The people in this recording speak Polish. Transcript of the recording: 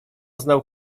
znał